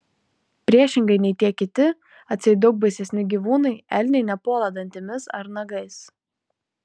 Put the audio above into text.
priešingai nei tie kiti atseit daug baisesni gyvūnai elniai nepuola dantimis ar nagais